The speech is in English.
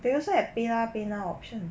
they also have PayLah PayNow option